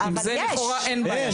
עם זה לכאורה אין בעיה --- אבל יש.